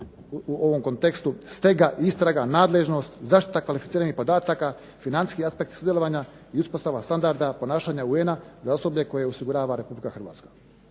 u ovom kontekstu, stega, istraga, nadležnost, zaštita kvalificiranih podataka, financijski aspekt sudjelovanja i uspostava standarda ponašanja UN-a, za osoblje koje osigurava Republika Hrvatska.